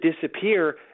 disappear